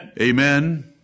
Amen